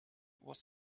was